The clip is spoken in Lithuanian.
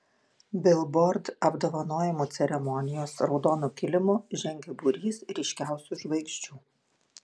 bilbord apdovanojimų ceremonijos raudonu kilimu žengė būrys ryškiausių žvaigždžių